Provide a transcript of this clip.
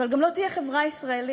אבל גם לא תהיה חברה ישראלית.